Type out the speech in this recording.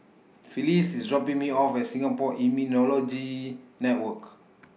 Felice IS dropping Me off At Singapore Immunology Network